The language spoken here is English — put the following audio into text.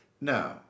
No